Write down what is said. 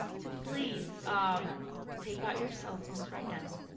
to please um take out your cellphones right now.